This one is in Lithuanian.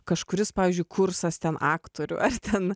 kažkuris pavyzdžiui kursas ten aktorių ar ten